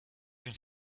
une